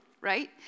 right